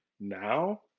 now